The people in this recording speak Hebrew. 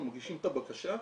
אנחנו מגישים את הבקשה,